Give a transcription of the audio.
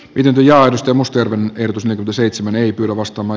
yty ja risto mustajärven ehdotus on seitsemän eri lavastama